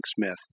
Smith